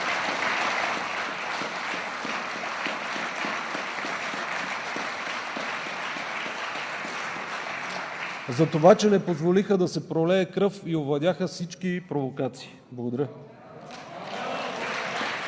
за това, че не позволиха да се пролее кръв и овладяха всички провокации! Благодаря.